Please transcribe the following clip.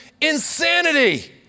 insanity